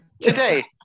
Today